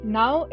now